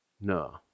No